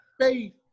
Faith